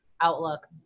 outlook